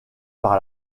par